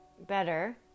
better